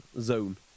zone